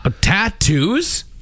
Tattoos